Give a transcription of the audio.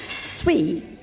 sweet